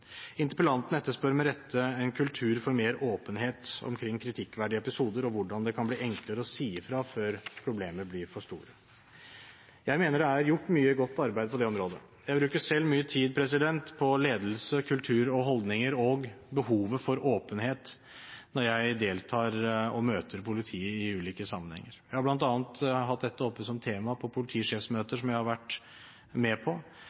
Interpellanten etterspør med rette en kultur for mer åpenhet omkring kritikkverdige episoder og hvordan det kan bli enklere å si ifra før problemet blir for stort. Jeg mener det er gjort mye godt arbeid på det området. Jeg bruker selv mye tid på ledelse, kultur og holdninger og behovet for åpenhet når jeg deltar og møter politiet i ulike sammenhenger. Jeg har bl.a. hatt dette oppe som tema på politisjefmøter som jeg har vært med på,